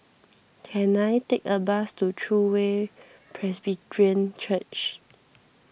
can I take a bus to True Way Presbyterian Church